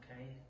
okay